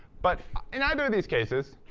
but in either of these cases,